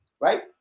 right